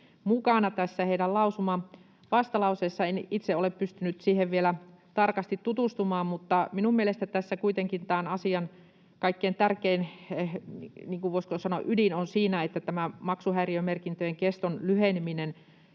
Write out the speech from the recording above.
mukana tässä heidän lausumavastalauseessaan. En itse ole pystynyt siihen vielä tarkasti tutustumaan, mutta minun mielestäni tässä kuitenkin tämän asian kaikkein tärkein, voisiko sanoa ydin, on tämä maksuhäiriömerkintöjen keston lyheneminen.